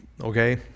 okay